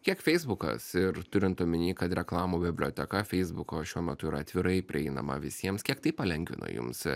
kiek feisbukas ir turint omeny kad reklamų biblioteka feisbuko šiuo metu yra atvirai prieinama visiems kiek tai palengvina jums